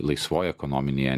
laisvoj ekonominėje